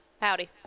howdy